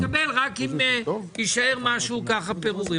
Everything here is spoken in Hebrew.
וההוא יקבל רק אם יישאר משהו, פירורים.